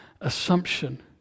assumption